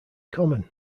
common